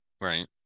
Right